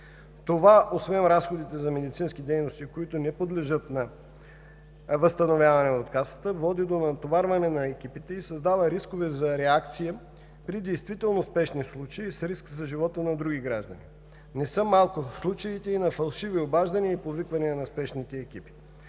Това, освен разходите за медицински дейности, които не подлежат на възстановяване от Касата, води до натоварване на екипите и създава рискове за реакция при действително спешни случаи, с риск за живота на други граждани. Не са малко случаите и на фалшиви обаждания и повиквания на спешните екипи.